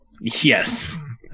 Yes